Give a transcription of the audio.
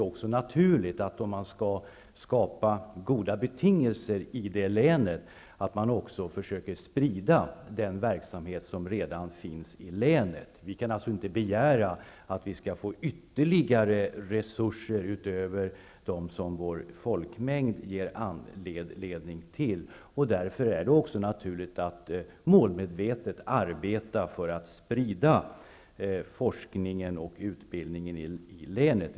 För att skapa goda betingelser i detta län ter det sig då naturligt att försöka sprida den verksamhet som redan finns i länet. Vi kan inte begära att vi skall få ytterligare resurser utöver dem som folkmängden ger anledning till. Det är därför också naturligt att målmedvetet arbeta för att sprida forskningen och utbildningen i länet.